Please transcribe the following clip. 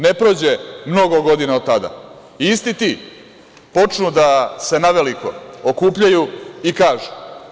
Ne prođe mnogo godina od tada i isti ti počnu da se naveliko okupljaju i kažu…